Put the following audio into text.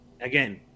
again